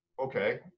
Okay